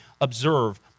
observe